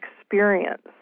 experience